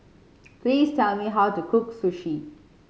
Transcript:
please tell me how to cook Sushi